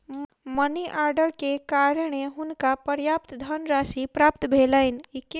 money order के कारणें हुनका पर्याप्त धनराशि प्राप्त भेलैन